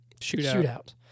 shootout